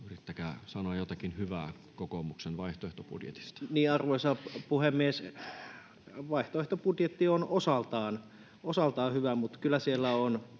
yrittäkää sanoa jotakin hyvää kokoomuksen vaihtoehtobudjetista. Arvoisa puhemies! Vaihtoehtobudjetti on osaltaan hyvä, mutta kyllä siellä on